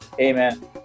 Amen